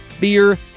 beer